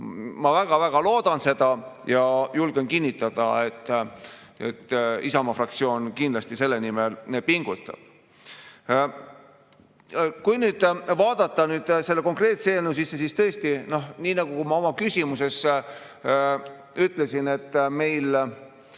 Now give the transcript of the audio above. Ma väga-väga loodan seda ja julgen kinnitada, et Isamaa fraktsioon kindlasti selle nimel pingutab. Kui nüüd vaadata selle konkreetse eelnõu sisse, siis tõesti, nii nagu ma oma küsimuses ütlesin, meil